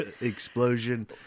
explosion